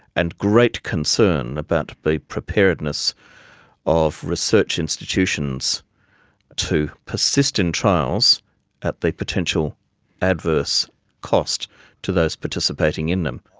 and great concern about the preparing this of research institutions to persist in trials at the potential adverse cost to those participating in them.